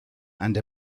and